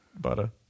butter